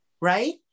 right